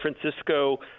Francisco